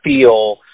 feel